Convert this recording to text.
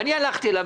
אני הלכתי אליו.